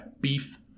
beef